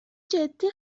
جدی